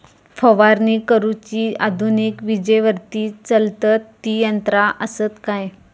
फवारणी करुची आधुनिक विजेवरती चलतत ती यंत्रा आसत काय?